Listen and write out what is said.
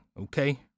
Okay